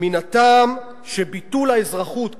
מן הטעם שביטול האזרחות,